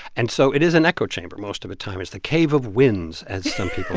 and so it is an echo chamber most of the time. it's the cave of winds, as some people